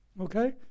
okay